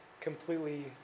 completely